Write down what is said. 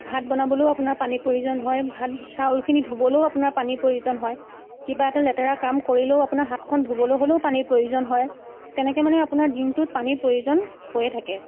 ভাত বনাবলৈও আপোনাৰ পানীৰ প্ৰয়োজন হয় ভাত চাউলখিনি ধুবলৈও আপোনাৰ পানীৰ প্ৰয়োজন হয় কিবা এটা লেতেৰা কাম কৰিলেও আপোনাৰ হাতখন ধুবলৈ হ'লেও পানীৰ প্ৰয়োজন হয় তেনেকৈ মানে দিনটোত আপোনাৰ পানীৰ প্ৰয়োজন হৈয়েই থাকে